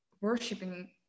worshipping